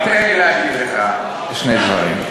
תן לי לומר לך שני דברים.